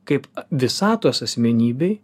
kaip visatos asmenybei